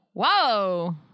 Whoa